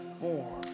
More